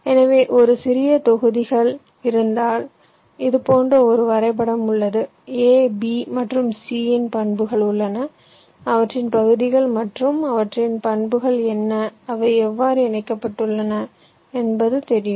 எனவே ஒரு சிறிய தொகுதிகள் இருந்தால் இது போன்ற ஒரு வரைபடம் உள்ளது a b மற்றும் c இன் பண்புகள் உள்ளன அவற்றின் பகுதிகள் மற்றும் அவற்றின் பண்புகள் என்ன அவை எவ்வாறு இணைக்கப்பட்டுள்ளன என்பது தெரியும்